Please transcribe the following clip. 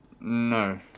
No